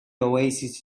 oasis